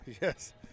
yes